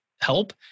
help